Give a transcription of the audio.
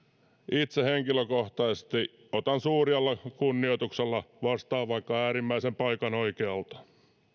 itse henkilökohtaisesti otan suurella kunnioituksella vastaan vaikka äärimmäisen paikan oikealta